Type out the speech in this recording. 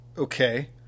okay